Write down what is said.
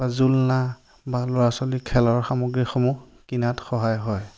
বা ঝুলনা বা ল'ৰা ছোৱালীৰ খেলৰ সামগ্ৰীসমূহ কিনাত সহায় হয়